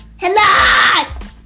Hello